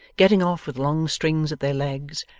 getting off with long strings at their legs,